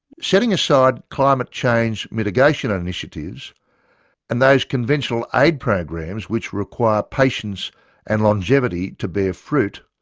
setting aside climate change mitigation and initiatives and those conventional aid programs which require patience and longevity to bear fruit,